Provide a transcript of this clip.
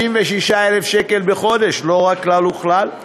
66,000 שקל בחודש, לא רע כלל וכלל.